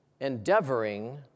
endeavoring